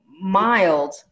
mild